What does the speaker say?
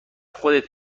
خودت